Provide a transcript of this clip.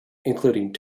including